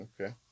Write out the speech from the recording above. Okay